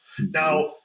Now